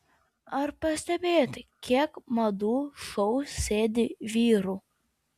ar pastebėjote kiek madų šou sėdi vyrų